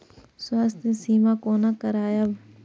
स्वास्थ्य सीमा कोना करायब?